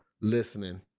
listening